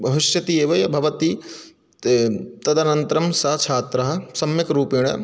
भविष्यति एव ए भवति ते तदनन्तरं सः छात्रः सम्यक् रूपेण